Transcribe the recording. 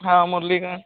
हाँ मुरलीगंज